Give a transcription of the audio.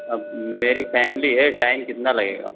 अब मेरी फैमिली है टाइम कितना लगेगा